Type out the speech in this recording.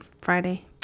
Friday